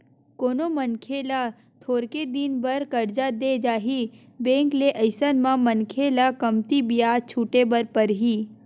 कोनो मनखे ल थोरके दिन बर करजा देय जाही बेंक ले अइसन म मनखे ल कमती बियाज छूटे बर परही